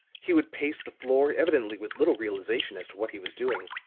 he would pace the floor, evidently with little realization as to what he was doing.